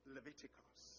Leviticus